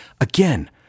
again